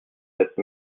cette